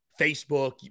Facebook